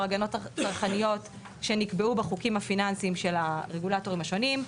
הגנות צרכניות שנקבעו בחוקים הפיננסים של הרגולטורים השונים,